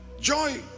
Joy